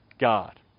God